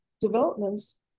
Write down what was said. developments